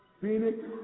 Phoenix